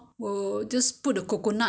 bake chicken also okay right